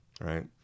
right